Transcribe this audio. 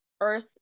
Earth